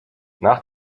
nach